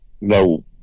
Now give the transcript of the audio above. no